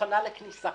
מוכנה לכניסה.